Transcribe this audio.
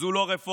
זו לא רפורמה,